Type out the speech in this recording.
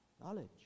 knowledge